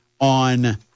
on